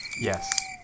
yes